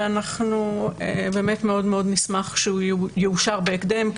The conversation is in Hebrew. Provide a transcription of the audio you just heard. ואנחנו מאוד מאוד נשמח שהוא יאושר בהקדם,